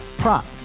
prop